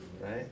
Right